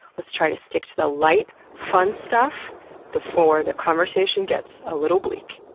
let's try to stick to the light, fun stuff before the conversation gets a little bleak.